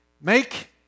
Make